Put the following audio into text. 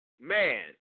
Man